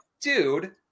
dude